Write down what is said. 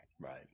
Right